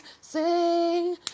sing